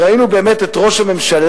ראינו באמת את ראש הממשלה,